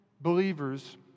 believers